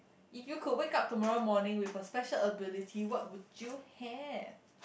if you could wake up tomorrow morning with a special ability what would you have